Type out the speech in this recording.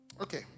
Okay